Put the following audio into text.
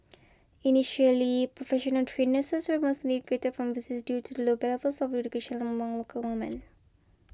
initially professionally trained nurses mostly recruited from overseas due to low levels of education among local women